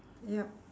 yup